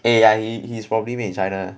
eh I he's probably made in china